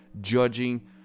judging